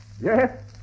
Yes